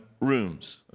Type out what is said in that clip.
rooms